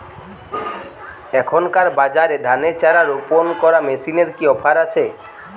এখনকার বাজারে ধানের চারা রোপন করা মেশিনের কি অফার আছে?